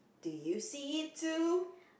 do you see it too